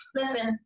listen